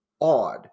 odd